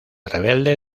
rebelde